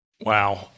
Wow